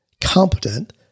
competent